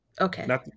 Okay